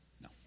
No